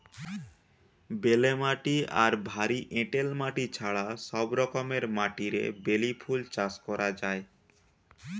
বেলে মাটি আর ভারী এঁটেল মাটি ছাড়া সব রকমের মাটিরে বেলি ফুল চাষ করা যায়